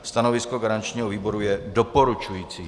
Stanovisko garančního výboru je doporučující.